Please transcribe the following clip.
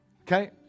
Okay